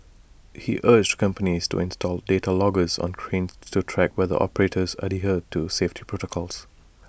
he urged companies to install data loggers on cranes to track whether operators adhere to safety protocols